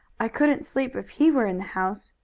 i couldn't sleep if he were in the house,